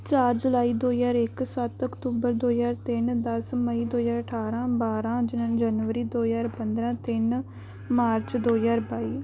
ਚਾਰ ਜੁਲਾਈ ਦੋ ਹਜ਼ਾਰ ਇੱਕ ਸੱਤ ਅਕਤੂਬਰ ਦੋ ਹਜ਼ਾਰ ਤਿੰਨ ਦਸ ਮਈ ਦੋ ਹਜ਼ਾਰ ਅਠਾਰਾਂ ਬਾਰਾਂ ਜਨਵਰੀ ਦੋ ਹਜ਼ਾਰ ਪੰਦਰਾਂ ਤਿੰਨ ਮਾਰਚ ਦੋ ਹਜ਼ਾਰ ਬਾਈ